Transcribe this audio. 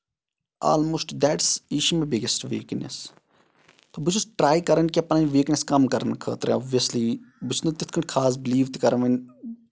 almost that's یہِ چھِ مےٚ بِگیسٹ ویٖکنیس بہٕ چھُس ٹراے کران کہِ پَنٕنۍ ویٖکنیس کَم کرنہٕ خٲطرٕ اوبویسلی بہٕ چھُس نہٕ تِتھۍ پٲٹھۍ خاص بِلیٖو تہِ کران وۄنۍ